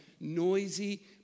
noisy